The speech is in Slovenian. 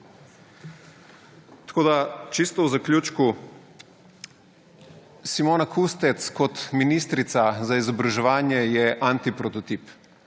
poučevati. Čisto v zaključku, Simona Kustec kot ministrica za izobraževanje je antiprototip.